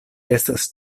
estas